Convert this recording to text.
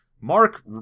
Mark